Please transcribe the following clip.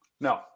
no